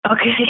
Okay